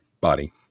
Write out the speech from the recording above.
body